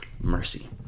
mercy